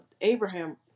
Abraham